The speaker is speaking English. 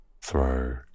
Throw